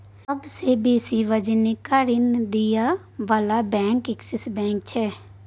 सबसे बेसी वाणिज्यिक ऋण दिअ बला बैंक एक्सिस बैंक छै